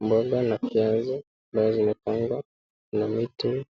mboga na viazi ambayo zimepangwa kuna miti.